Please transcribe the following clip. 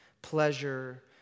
pleasure